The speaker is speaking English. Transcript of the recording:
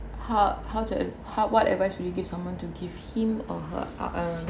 how how to ad~ what advice would you give someone to give him or her uh